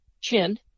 chin